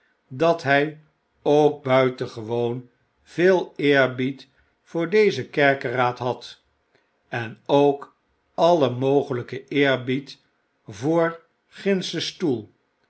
dat hy ook buitengewoon veel eerbied voor dezen kerkeraad had en ook alien mogelyken eerbied voor gindschen stoel